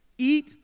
Eat